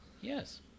yes